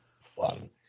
fun